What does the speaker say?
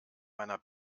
meiner